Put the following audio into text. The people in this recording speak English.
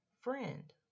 friend